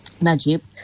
Najib